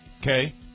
okay